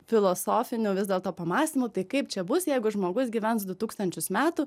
filosofinių vis dėlto pamąstymų tai kaip čia bus jeigu žmogus gyvens du tūkstančius metų